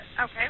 Okay